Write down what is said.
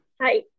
Hi